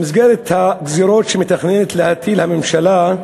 במסגרת הגזירות שמתכננת להטיל הממשלה,